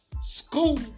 School